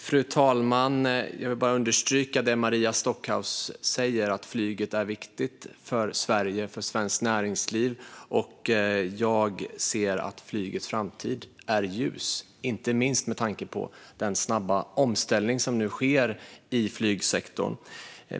Fru talman! Låt mig understryka det Maria Stockhaus säger om att flyget är viktigt för Sverige och svenskt näringsliv. Jag ser att flygets framtid är ljus, inte minst med tanke på den snabba omställning som sker i flygsektorn.